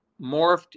morphed